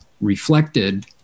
reflected